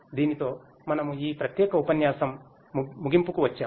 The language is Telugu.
దీనితో మనము ఈ ప్రత్యేక ఉపన్యాసం ముగింపుకు వచ్చాము